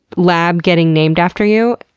lab getting named after you.